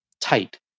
tight